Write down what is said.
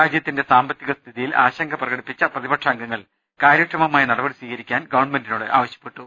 രാജ്യ ത്തിന്റെ സാമ്പത്തിക സ്ഥിതിയിൽ ആശങ്ക പ്രകടിപ്പിച്ച പ്രതിപക്ഷ അംഗങ്ങൾ കാര്യക്ഷമമായ നടപടി സ്വീകരിക്കാൻ ഗവൺമെന്റിനോട് ആവശ്യപ്പെട്ടു